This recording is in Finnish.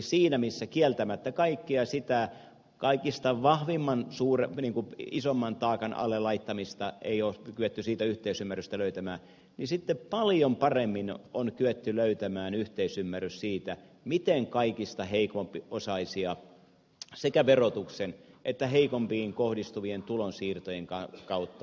siinä missä kieltämättä kaikesta siitä kaikista vahvimman isoimman taakan alle laittamisesta ei ole kyetty yhteisymmärrystä löytämään paljon paremmin on kyetty löytämään yhteisymmärrys siitä miten kaikista heikompiosaisia sekä verotuksen että heikompiin kohdistuvien tulonsiirtojen kautta autamme